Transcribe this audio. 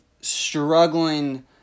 struggling